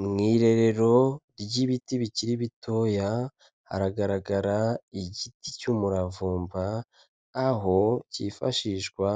Mu irerero ry'ibiti bikiri bitoya, hagaragara igiti cy'umuravumba, aho cyifashishwa